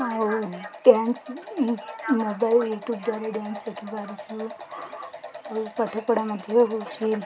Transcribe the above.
ଆଉ dance YouTube ଦ୍ୱାରା dance ଦେଖିପାରୁଛୁ ଆଉ ପାଠପଢ଼ା ମଧ୍ୟ ହଉଛି